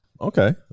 okay